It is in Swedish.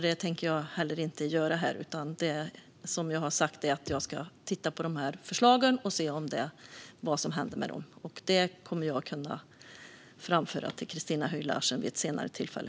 Det tänker jag inte heller göra här, utan det jag har sagt är att jag ska titta på de här förslagen och se vad som händer med dem. Det kommer jag att kunna framföra till Christina Höj Larsen vid ett senare tillfälle.